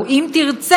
או אם תרצה,